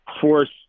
force